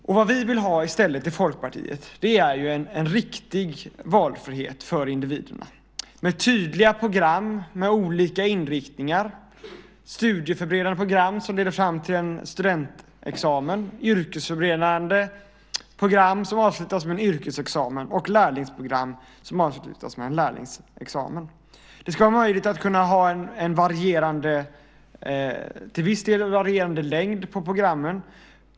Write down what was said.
Det vi i Folkpartiet vill ha i stället är en riktig valfrihet för individerna, med tydliga program med olika inriktningar, studieförberedande program som leder fram till en studentexamen, yrkesförberedande program som avslutas med en yrkesexamen och lärlingsprogram som avslutas med en lärlingsexamen. Det ska vara möjligt att kunna ha en till viss del varierande längd på programmen.